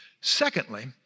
Secondly